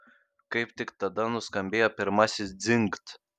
kaip tik tada nuskambėjo pirmasis dzingt